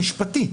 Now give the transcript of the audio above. המשפטי,